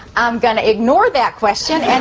i'm gonna ignore that question and